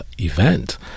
event